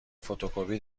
فتوکپی